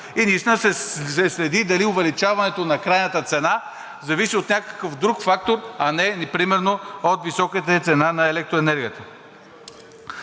и наистина се следи дали увеличаването на крайната цена зависи от някакъв друг фактор, а не, примерно, от високата цена на електроенергията.